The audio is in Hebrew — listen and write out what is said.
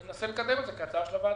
וננסה לקדם את זה כהצעה של הוועדה.